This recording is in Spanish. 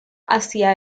hacia